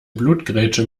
blutgrätsche